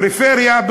פריפריה,